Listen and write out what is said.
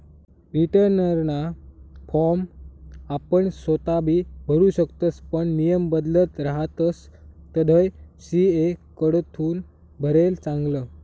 रीटर्नना फॉर्म आपण सोताबी भरु शकतस पण नियम बदलत रहातस तधय सी.ए कडथून भरेल चांगलं